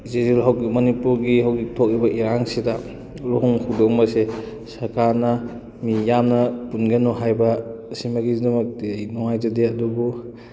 ꯏꯆꯦꯁꯤ ꯍꯧꯖꯤꯛꯀꯤ ꯃꯅꯤꯄꯨꯔꯒꯤ ꯍꯧꯖꯤꯛ ꯊꯣꯛꯂꯤꯕ ꯏꯔꯥꯡꯁꯤꯗ ꯂꯨꯍꯣꯡ ꯈꯣꯡꯗꯣꯡꯕꯁꯦ ꯁꯔꯀꯥꯔꯅ ꯃꯤ ꯌꯥꯝꯅ ꯄꯨꯟꯒꯅꯣ ꯍꯥꯏꯕ ꯁꯤꯃꯖꯤꯒꯤꯗꯃꯛꯇꯤ ꯑꯩ ꯅꯨꯡꯉꯥꯏꯖꯗꯦ ꯑꯗꯨꯕꯨ